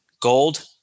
gold